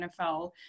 NFL